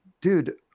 dude